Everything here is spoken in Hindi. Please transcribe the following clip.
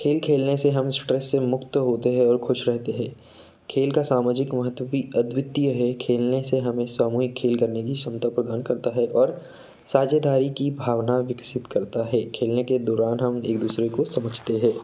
खेल खेलने से हम स्ट्रेस से मुक्त होते हैँ और ख़ुश रहते हैँ खेल का सामाजिक महत्व भी अद्वितीय है खेलने से हमें सामूहिक खेल करने की क्षमता प्रदान करता है और साझेदारी की भावना विकसित करता है खेलने के दौरान हम एक दूसरे को समझते हैं